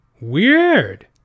weird